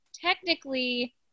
technically